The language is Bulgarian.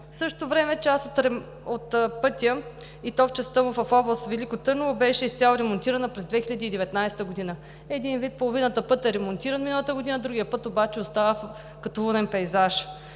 В същото време част от пътя, и то в частта му в област Велико Търново, беше изцяло ремонтирана през 2019 г. – един вид половината път е ремонтиран миналата година, другият път обаче остава като лунен пейзаж.